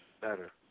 better